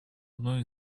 одной